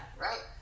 right